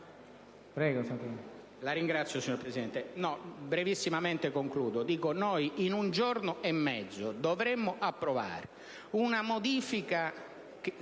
Ora, signor Presidente,